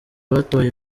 batoye